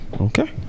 Okay